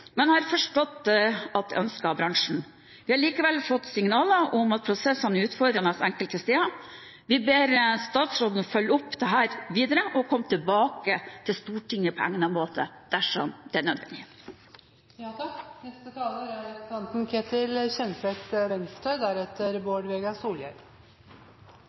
men har forstått at det er ønsket av bransjen. Vi har likevel fått signaler om at prosessene er utfordrende enkelte steder. Vi ber statsråden følge opp dette videre og komme tilbake til Stortinget på egnet måte dersom det er nødvendig. Først av alt vil jeg starte med å takke saksordføreren og komitélederen for at Venstre,